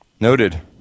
Noted